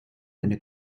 eine